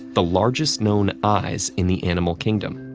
the largest known eyes in the animal kingdom.